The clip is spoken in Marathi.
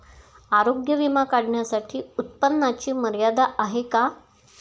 आरोग्य विमा काढण्यासाठी उत्पन्नाची मर्यादा आहे का?